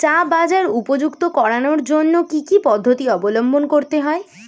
চা বাজার উপযুক্ত করানোর জন্য কি কি পদ্ধতি অবলম্বন করতে হয়?